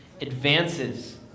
advances